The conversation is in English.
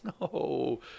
no